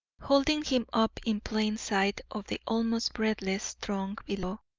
holding him up in plain sight of the almost breathless throng below,